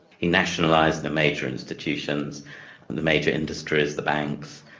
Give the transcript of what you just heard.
he nationalised the major institutions and the major industries, the banks.